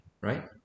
right